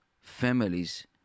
families